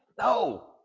No